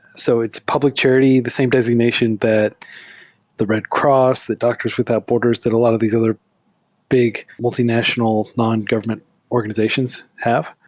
so it's public charity. the same designation that the red cross, the doctors without borders, that a lot of these other big, multinational, nongovernment organizations have.